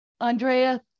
Andrea